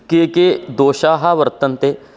के के दोषाः वर्तन्ते